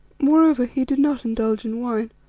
moreover, he did not indulge in wine.